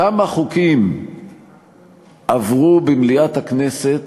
כמה חוקים עברו במליאת הכנסת